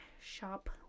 shop